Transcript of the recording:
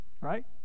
right